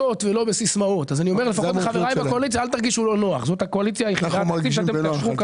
דרמטית, משמעותית, ולכן אנחנו מטפלים בה.